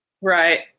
Right